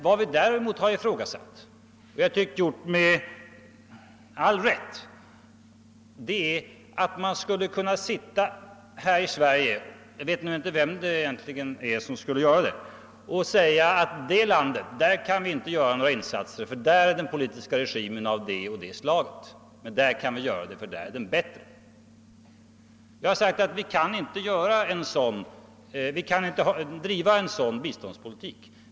Vad vi däremot har ifrågasatt, och det tycker jag att vi gjort med all rätt, är att man skulle kunna sitta här i Sverige — jag vet nu inte vem det är som skulle kunna göra det — och säga att i det landet kan vi inte göra några insatser, ty där är den politiska regimen av det och det slaget, men i ett annat land kan vi göra insatser, ty där är regimen bättre. Jag har sagt att vi inte kan driva en sådan biståndspolitik.